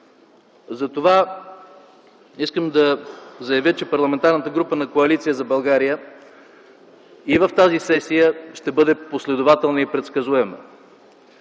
Затова искам да заявя, че Парламентарната група на Коалиция за България и в тази сесия ще бъде последователна и предсказуема.